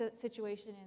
situation